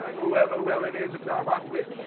whoever whoever it is that you all rock with,